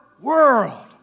world